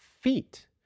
feet